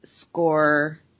score